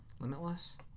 Limitless